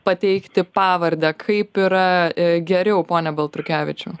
pateikti pavardę kaip yra geriau pone baltrukevičiau